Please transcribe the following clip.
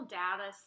data